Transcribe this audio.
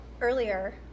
earlier